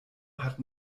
hat